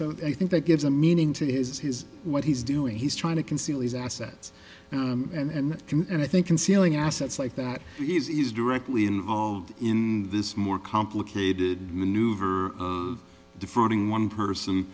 so i think that gives a meaning to his his what he's doing he's trying to conceal his assets and and i think concealing assets like that easy is directly involved in this more complicated maneuver defrauding one person